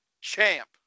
champ